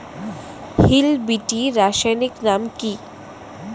Hill বিটি রাসায়নিক নাম কি?